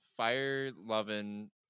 fire-loving